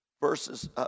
Verses